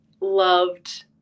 loved